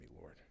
Lord